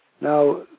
Now